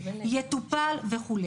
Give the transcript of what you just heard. יטופל וכו'.